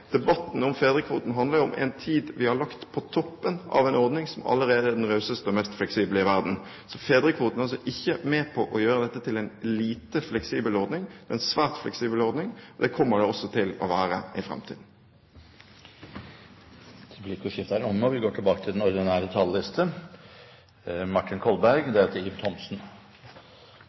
Debatten om fedrekvoten handler jo om en tid vi har lagt på toppen av en ordning som allerede er den rauseste og mest fleksible i verden. Fedrekvoten er ikke med på å gjøre dette til en lite fleksibel ordning, det er en svært fleksibel ordning, og det kommer den også til å være i framtiden. Replikkordskiftet er omme. Jeg har fulgt debatten og